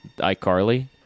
iCarly